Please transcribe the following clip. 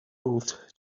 both